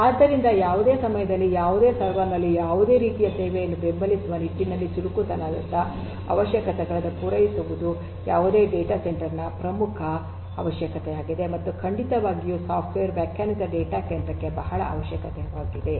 ಆದ್ದರಿಂದ ಯಾವುದೇ ಸಮಯದಲ್ಲಿ ಯಾವುದೇ ಸರ್ವರ್ ನಲ್ಲಿ ಯಾವುದೇ ರೀತಿಯ ಸೇವೆಯನ್ನು ಬೆಂಬಲಿಸುವ ನಿಟ್ಟಿನಲ್ಲಿ ಚುರುಕುತನದ ಅವಶ್ಯಕತೆಗಳನ್ನು ಪೂರೈಸುವುದು ಯಾವುದೇ ಡೇಟಾ ಸೆಂಟರ್ ನೆಟ್ವರ್ಕ್ ನ ಪ್ರಮುಖ ಅವಶ್ಯಕತೆಯಾಗಿದೆ ಮತ್ತು ಖಂಡಿತವಾಗಿಯೂ ಸಾಫ್ಟ್ವೇರ್ ವ್ಯಾಖ್ಯಾನಿತ ಡೇಟಾ ಕೇಂದ್ರಕ್ಕೆ ಬಹಳ ಅವಶ್ಯಕತೆಯಾಗಿದೆ